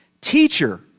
Teacher